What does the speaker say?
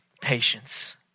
patience